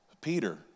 Peter